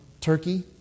turkey